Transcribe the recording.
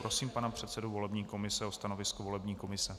Prosím pana předsedu volební komise o stanovisko volební komise.